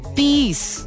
peace